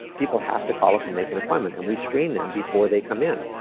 people have to call us and make an appointment. and we screen them before they come in.